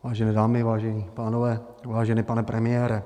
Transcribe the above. Vážené dámy, vážení pánové, vážený pane premiére.